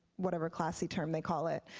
whatever classy term they call it.